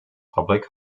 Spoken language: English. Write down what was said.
public